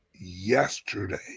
yesterday